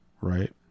Right